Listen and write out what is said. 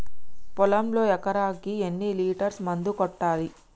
పొలంలో ఎకరాకి ఎన్ని లీటర్స్ మందు కొట్టాలి?